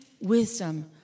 wisdom